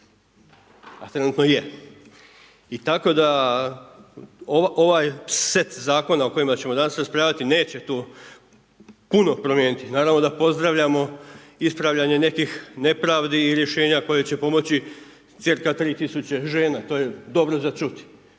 A trenutno je. I tako da ovaj set zakona o kojima ćemo danas raspravljati neće tu puno promijeniti. Naravno da pozdravljamo ispravljanje nekakvih nepravdi i rješenja koje će pomoći cca. 3 tisuće žena, to je dobro za čuti.